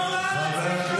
יחזור לארץ וישרת במילואים.